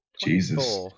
Jesus